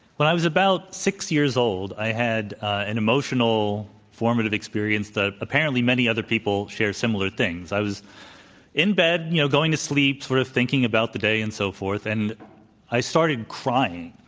when i was about six years old, i had an emotional formative experience that apparently many other people share similar things. i was in bed, you know, going to sleep, sort of thinking about the day and so forth, and i started crying.